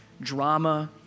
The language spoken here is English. drama